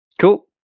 Cool